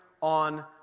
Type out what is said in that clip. on